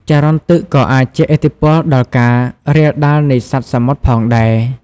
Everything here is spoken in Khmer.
ចរន្តទឹកក៏អាចជះឥទ្ធិពលដល់ការរាលដាលនៃសត្វសមុទ្រផងដែរ។